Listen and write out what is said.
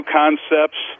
concepts